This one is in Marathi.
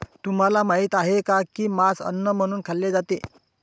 तुम्हाला माहित आहे का की मांस अन्न म्हणून खाल्ले जाते?